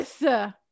Yes